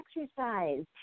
exercise